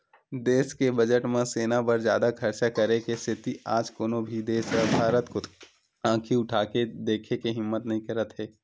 देस के बजट म सेना बर जादा खरचा करे के सेती आज कोनो भी देस ह भारत कोती आंखी उठाके देखे के हिम्मत नइ करत हे